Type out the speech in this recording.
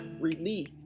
relief